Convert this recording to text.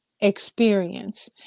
experience